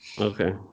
okay